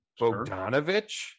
Bogdanovich